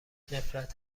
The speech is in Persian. نفرت